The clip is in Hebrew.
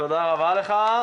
תודה רבה לך.